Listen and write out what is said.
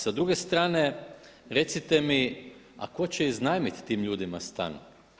Sa druge strane recite mi a ko će iznajmit tim ljudima stan?